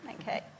Okay